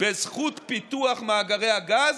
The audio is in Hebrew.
בזכות פיתוח מאגרי הגז